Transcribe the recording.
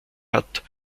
hat